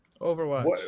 Overwatch